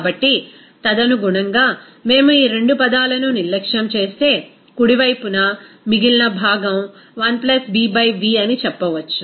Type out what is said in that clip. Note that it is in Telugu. కాబట్టి తదనుగుణంగా మేము ఈ రెండు పదాలనునిర్లక్ష్యం చేస్తే కుడి వైపున మిగిలిన భాగం 1 B బై v అని చెప్పవచ్చు